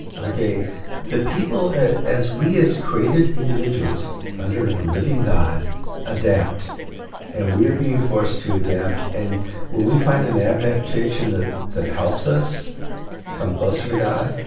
okay the people as we created individuals under the living god adapt and we are being forced to adapt and when we find an adaptation that that helps us come closer to god,